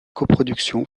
coproduction